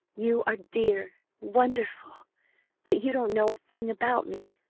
you are dear wonderful but you don't know a thing about me!